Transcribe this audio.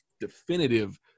definitive